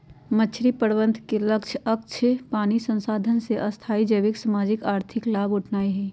मछरी प्रबंधन के लक्ष्य अक्षय पानी संसाधन से स्थाई जैविक, सामाजिक, आर्थिक लाभ उठेनाइ हइ